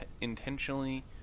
intentionally